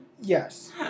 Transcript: Yes